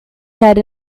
said